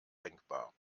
denkbar